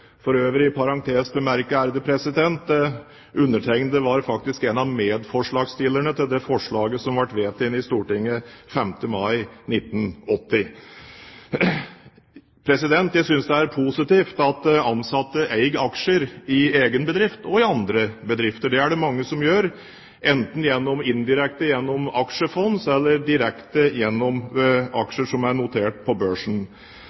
For øvrig – i parentes bemerket – var jeg faktisk en av medforslagsstillerne til det forslaget som ble vedtatt i Stortinget 5. mai 1980. Jeg synes det er positivt at ansatte eier aksjer i egen bedrift og i andre bedrifter. Det er det mange som gjør, enten indirekte gjennom aksjefond eller direkte gjennom aksjer som er notert på børsen.